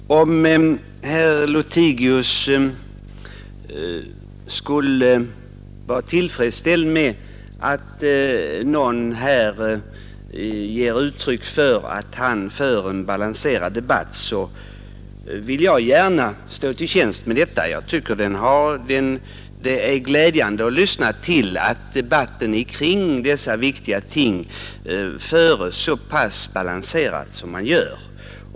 Fru talman! Om herr Lothigius skulle vara tillfredsställd med att någon här uttalar att han för en balanserad debatt, vill jag gärna stå till tjänst med detta. Jag tycker det är glädjande att man för debatten kring dessa viktiga ting så pass balanserat som man gör.